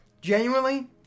genuinely